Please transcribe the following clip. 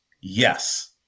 yes